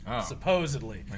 Supposedly